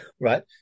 Right